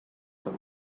them